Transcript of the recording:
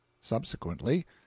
subsequently